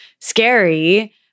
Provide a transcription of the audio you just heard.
scary